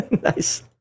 nice